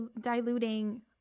diluting